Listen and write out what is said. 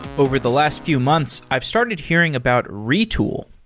over the last few months, i've started hearing about retool.